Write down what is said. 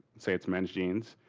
say it's men's jeans,